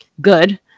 good